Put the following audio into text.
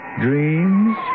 dreams